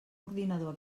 ordinador